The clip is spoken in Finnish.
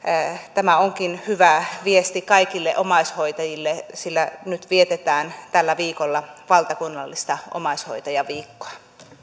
tämä onkin hyvä viesti kaikille omaishoitajille sillä nyt vietetään tällä viikolla valtakunnallista omaishoitajaviikkoa